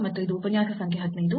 ಮತ್ತು ಇದು ಉಪನ್ಯಾಸ ಸಂಖ್ಯೆ 15